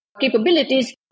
capabilities